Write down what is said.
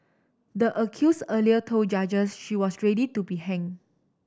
the accuse earlier told judges she was ready to be heng